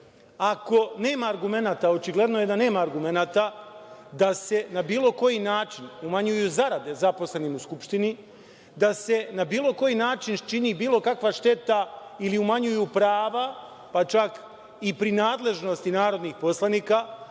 nema argumenata, a očigledno je da nema argumenata da se na bilo koji način umanjuju zarade zaposlenih u Skupštini, da se na bilo koji način čini bilo kakva šteta ili umanjuju prava, pa čak i prinadležnosti narodnih poslanika,